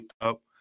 up